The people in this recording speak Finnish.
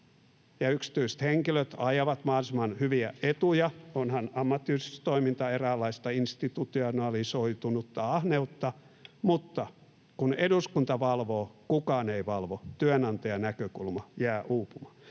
yksityiset henkilöt ajavat mahdollisimman hyviä etuja, onhan ammattiyhdistystoiminta eräänlaista institutionalisoitunutta ahneutta, mutta kun eduskunta valvoo, kukaan ei valvo: työnantajanäkökulma jää uupumaan.